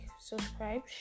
subscribe